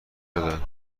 دادن